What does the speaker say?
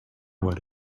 what